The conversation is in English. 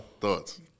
Thoughts